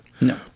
No